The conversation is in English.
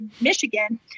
Michigan